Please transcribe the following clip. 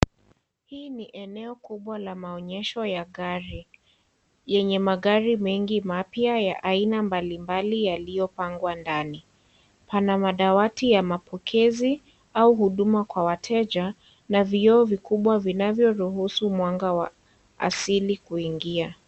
Hii ni eneo kubwa la maonyesho ya gari, yenye magari mengi mapya ya aina mbalimbali yaliyopangwa ndani, pana madawati ya mapokezi au huduma kwa wateja na vioo vikubwa vinavyoruhusu mwanga wa asili kuingia.